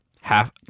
half